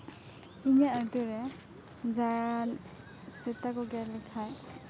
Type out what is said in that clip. ᱤᱧᱟᱹᱜ ᱟᱛᱩ ᱨᱮ ᱡᱟᱦᱟᱸᱭ ᱥᱮᱛᱟ ᱠᱚ ᱜᱮᱨ ᱞᱮᱠᱷᱟᱡ